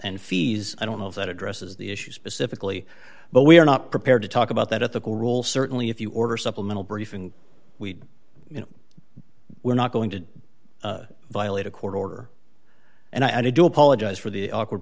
and fees i don't know if that addresses the issue specifically but we are not prepared to talk about that at the rules certainly if you order supplemental briefing we were not going to violate a court order and i do apologize for the awkward